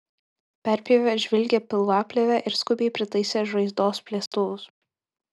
perpjovė žvilgią pilvaplėvę ir skubiai pritaisė žaizdos plėstuvus